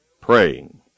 praying